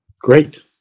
Great